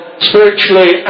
spiritually